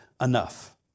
enough